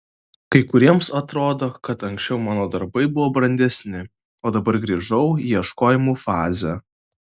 kai kuriems atrodo kad anksčiau mano darbai buvo brandesni o dabar grįžau į ieškojimų fazę